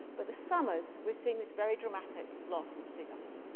but the summers, we're seeing this very dramatic loss of sea ice.